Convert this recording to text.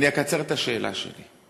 אני אקצר את השאלה שלי.